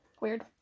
Weird